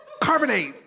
Carbonate